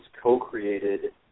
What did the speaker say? co-created